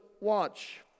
Watch